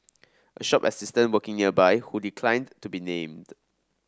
a shop assistant working nearby who declined to be named